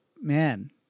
man